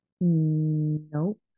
Nope